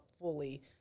fully